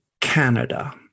Canada